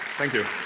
thank you